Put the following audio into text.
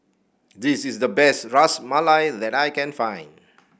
this is the best Ras Malai that I can find